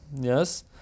Yes